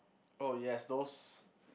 oh yes those